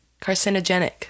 carcinogenic